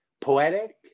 poetic